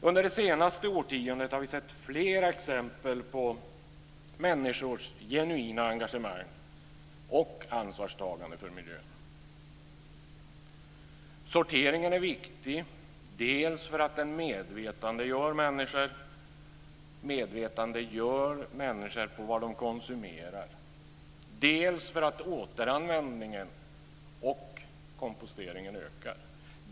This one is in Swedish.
Under det senaste årtiondet har vi sett flera konkreta exempel på människors genuina engagemang och ansvarstagande för miljön. Sorteringen är viktig dels för att den medvetandegör människor om vad de konsumerar, dels för att återanvändningen och komposteringen ökar.